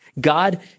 God